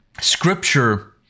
scripture